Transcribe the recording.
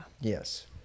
Yes